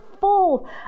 full